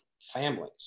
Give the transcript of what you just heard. families